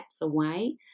away